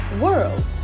world